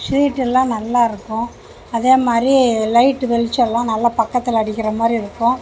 சீட்டு எல்லாம் நல்லா இருக்கும் அதேமாதிரி லைட்டு வெளிச்செல்லாம் நல்லா பக்கத்தில் அடிக்கிற மாதிரி இருக்கும்